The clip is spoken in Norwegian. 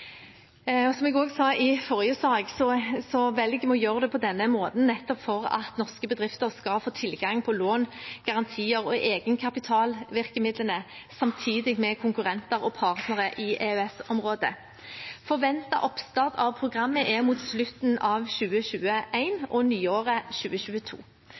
Som jeg også sa i forrige sak, velger vi å gjøre det på denne måten nettopp for at norske bedrifter skal få tilgang på lån, garantier og egenkapitalvirkemidlene samtidig med konkurrenter og partnere i EØS-området. Forventet oppstart av programmet er mot slutten av 2021 og nyåret 2022.